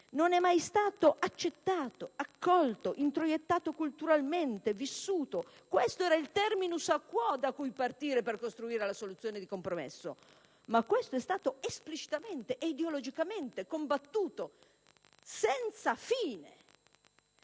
non è mai stato accettato, accolto, introiettato culturalmente, vissuto. Questo era il *terminus a quo* da cui partire per costruire la soluzione di compromesso, invece è stato esplicitamente e ideologicamente combattuto, senza fine.